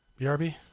BRB